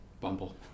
Bumble